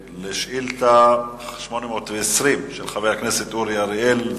שאילתא 820 של חבר הכנסת אורי אריאל,